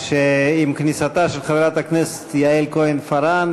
שעם כניסתה של חברת הכנסת יעל כהן-פארן,